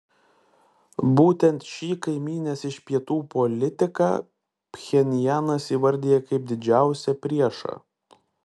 būtent šį kaimynės iš pietų politiką pchenjanas įvardija kaip didžiausią priešą